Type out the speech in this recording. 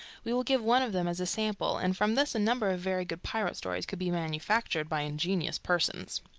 we will give one of them as a sample, and from this a number of very good pirate stories could be manufactured by ingenious persons.